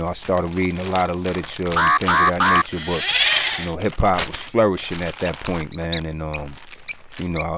ah started reading a lot of literature and things of that nature. but you know, hip-hop was flourishing at that point, man. and um you know,